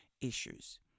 issues